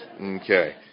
Okay